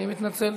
אני מתנצל.